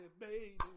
baby